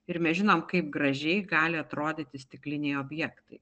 ir mes žinom kaip gražiai gali atrodyti stikliniai objektai